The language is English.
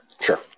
sure